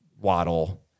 Waddle